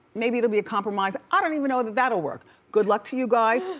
maybe it'll be a compromise, i don't even know that that'll work. good luck to you guys,